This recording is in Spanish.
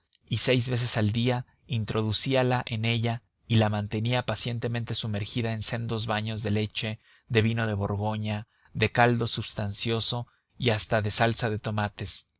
y seis veces al día introducíala en ella y la mantenía pacientemente sumergida en sendos baños de leche de vino de borgoña de caldo substancioso y hasta de salsa de tomates